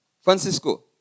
Francisco